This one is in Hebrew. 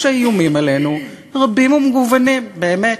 שהאיומים עלינו רבים ומגוונים, באמת,